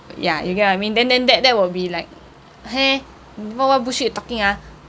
ya you get what I mean then then that that will be like eh what what bullshit you talking ah